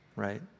right